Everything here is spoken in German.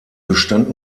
bestand